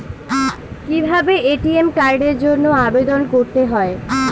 কিভাবে এ.টি.এম কার্ডের জন্য আবেদন করতে হয়?